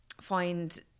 find